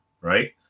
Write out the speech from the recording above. Right